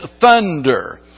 thunder